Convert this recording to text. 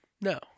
No